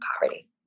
poverty